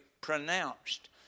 pronounced